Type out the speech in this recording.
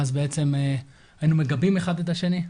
ואז בעצם היינו מגבים אחד את השני.